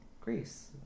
Greece